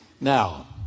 Now